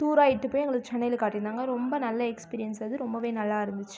டூராயிட்டு போய் எங்களை சென்னையில் காட்டிருந்தாங்க ரொம்ப நல்ல எக்ஸ்பிரியன்ஸ் அது ரொம்பவே நல்லா இருந்துச்சு